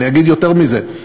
אני אגיד יותר מזה,